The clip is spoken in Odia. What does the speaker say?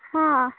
ହଁ